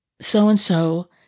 so-and-so